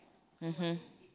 (uh huh)